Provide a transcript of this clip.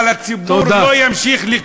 אבל הציבור לא ימשיך, תודה.